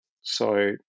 So-